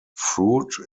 fruit